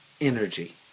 Energy